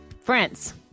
Friends